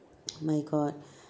oh my god